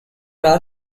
are